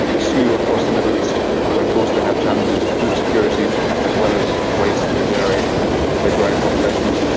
a slew across the middle east where of course they have challenges of food security as well as waste they generate from their growing populations.